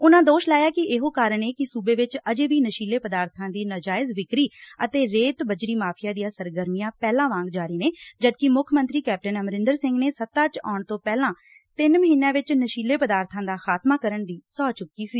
ਉਨਾਂ ਦੋਸ਼ ਲਾਇਆ ਕਿ ਇਹੋ ਕਾਰਨ ਏ ਕਿ ਸੁਬੇ ਵਿਚ ਅਜੇ ਵੀ ਨਸ਼ੀਲੇ ਪਦਾਰਬਾਂ ਦੀ ਨਜਾਇਜ਼ ਵਿਕਰੀ ਅਤੇ ਰੇਤ ਬਜਰੀ ਮਾਫੀਆ ਦੀਆ ਸਰਗਰਮੀਆ ਪਹਿਲਾ ਵਾਗ ਜਾਰੀ ਨੇ ਜਦਕਿ ਮੁੱਖ ਮੰਤਰੀ ਕੈਪਟਨ ਅਮਰਿੰਦਰ ਸਿੰਘ ਨੇ ਸੱਤਾ ਚ ਆਉਣ ਤੋ ਪਹਿਲਾਂ ਤਿੰਨ ਮਹੀਨਿਆਂ ਵਿਚ ਨਸ਼ੀਲੇ ਪਦਾਰਬਾਂ ਦਾ ਖਾਤਮਾ ਕਰਨ ਦੀ ਸਹੁੰ ਚੁੱਕੀ ਸੀ